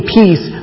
peace